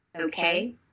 okay